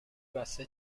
بسته